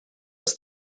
was